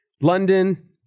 London